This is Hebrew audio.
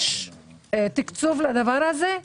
יש תקצוב לדבר הזה?